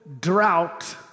drought